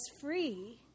free